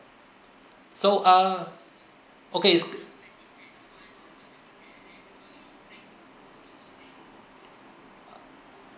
so uh okay